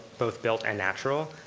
both built and natural,